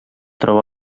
troba